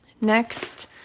Next